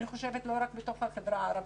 לא רק בתוך החברה הערבית.